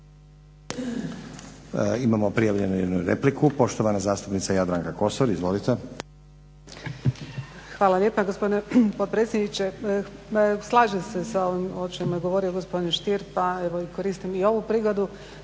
Imamo prijavljenu jednu repliku. Poštovana zastupnica Jadranka Kosor, izvolite. **Kosor, Jadranka (Nezavisni)** Hvala lijepa gospodine potpredsjedniče. Slažem se sa ovim o čemu je govorio gospodin Stier pa evo i koristim i ovu prigodu,